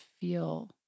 feel